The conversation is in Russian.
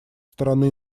стороны